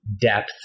depth